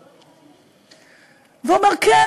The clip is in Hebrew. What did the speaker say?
ואומר: כן,